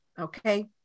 okay